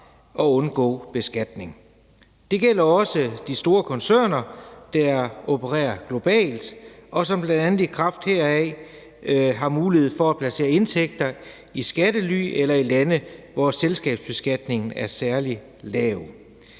og undgå beskatning. Det gælder også de store koncerner, der opererer globalt, og som bl.a. i kraft heraf har mulighed for at placere indtægter i skattely eller i lande, hvor selskabsbeskatningen er særlig lav.